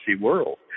world